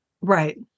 Right